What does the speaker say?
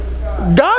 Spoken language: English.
God